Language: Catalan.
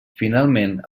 finalment